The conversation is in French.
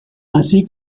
ainsi